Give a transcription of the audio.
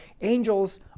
angels